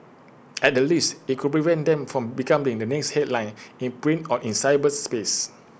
at the least IT could prevent them from becoming the next headline in print or in cyberspace